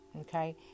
Okay